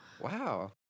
wow